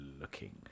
looking